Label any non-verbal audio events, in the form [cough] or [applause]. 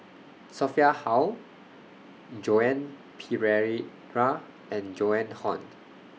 Sophia Hull Joan [unintelligible] and Joan Hon